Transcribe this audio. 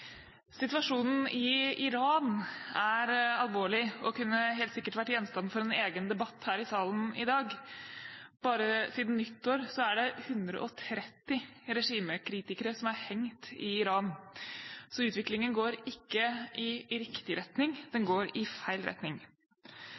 Situasjonen i Iran er alvorlig og kunne helt sikkert vært gjenstand for en egen debatt her i salen i dag. Bare siden nyttår er det 130 regimekritikere som er hengt i Iran, så utviklingen går ikke i riktig retning, den